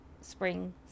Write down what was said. spring